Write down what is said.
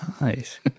Nice